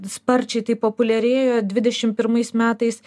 sparčiai taip populiarėjo dvidešimt pirmais metais